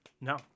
No